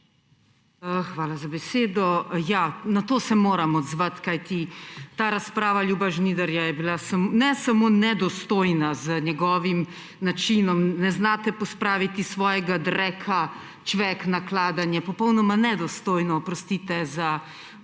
Hvala za besedo. Na to se moram odzvati, kajti ta razprava Ljuba Žnidarja je bila ne samo nedostojna z njegovim načinom – »ne znate pospraviti svojega dreka«, »čvek, nakladanje«, popolnoma nedostojno, oprostite, za